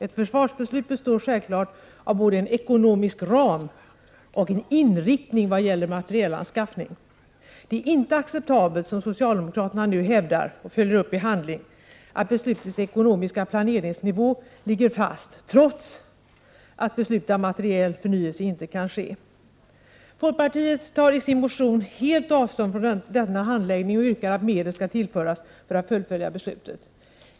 Ett försvarsbeslut består självfallet av både en ekonomisk ram och en inriktning i vad gäller materielanskaffning. Det är inte acceptabelt, som socialdemokraterna nu hävdar och följer upp i handling, att beslutets ekonomiska planeringsnivå ligger fast, trots att beslutad materiell förnyelse inte kan ske. Folkpartiet tar i sin motion helt avstånd från denna handläggning och yrkar på att medel skall tillföras för att man skall kunna fullfölja beslutet.